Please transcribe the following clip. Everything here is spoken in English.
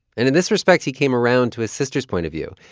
and in this respect, he came around to his sister's point of view.